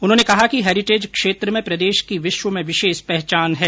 उन्होंने कहा कि हेरिटेज क्षेत्र में प्रदेश की विश्व में विशेष पहचान है